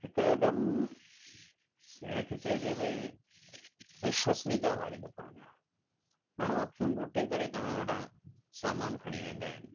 हिकदमि जंहिं खे चइजे भाई विश्वसनीयता वारी दुकानु आहे माण्हू अखियूं ॿूटे करे तव्हां वटां सामानु खणी वेंदा आहिनि